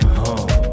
home